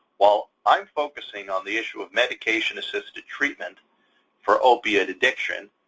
while i'm focusing on the issue of medication-assisted treatment for opioid addiction,